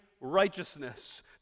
righteousness